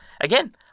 Again